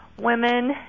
Women